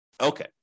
Okay